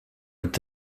est